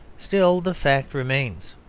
still the fact remains.